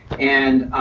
and